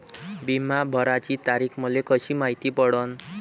बिमा भराची तारीख मले कशी मायती पडन?